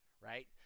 right